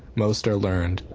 most are learned,